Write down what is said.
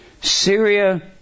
Syria